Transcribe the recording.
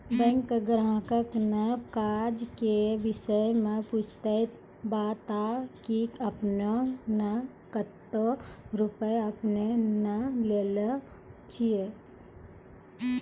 Bank ग्राहक ने काज के विषय मे पुछे ते बता की आपने ने कतो रुपिया आपने ने लेने छिए?